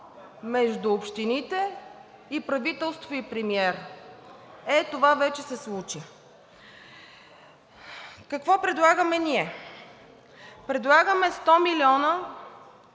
между общините и правителство и премиер. Е, това вече се случи! Какво предлагаме ние? Предлагаме 100 млн.